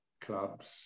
clubs